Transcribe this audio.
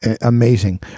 amazing